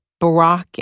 Barack